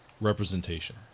representation